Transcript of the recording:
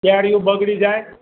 કેરીઓ બગડી જાય